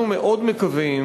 אנחנו מאוד מקווים,